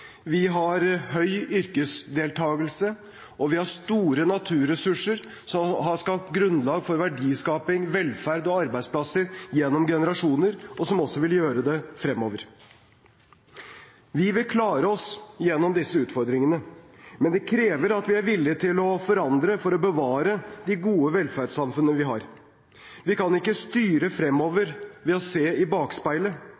vi har høy yrkesdeltakelse, og vi har store naturressurser som har skapt grunnlag for verdiskaping, velferd og arbeidsplasser gjennom generasjoner, og som også vil gjøre det fremover. Vi vil klare oss gjennom disse utfordringene. Men det krever at vi er villige til å forandre for å bevare det gode velferdssamfunnet vi har. Vi kan ikke styre